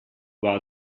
war